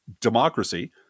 democracy